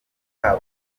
abandi